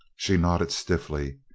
she nodded stiffly,